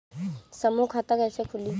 समूह खाता कैसे खुली?